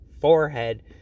forehead